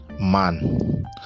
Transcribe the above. man